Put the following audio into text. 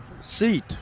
seat